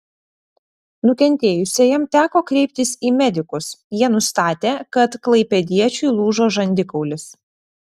nukentėjusiajam teko kreiptis į medikus jie nustatė kad klaipėdiečiui lūžo žandikaulis